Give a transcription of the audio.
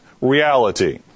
reality